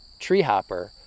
treehopper